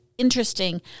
Interesting